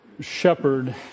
shepherd